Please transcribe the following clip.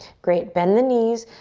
great, bend the knees.